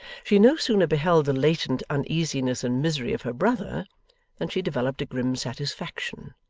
she no sooner beheld the latent uneasiness and misery of her brother than she developed a grim satisfaction,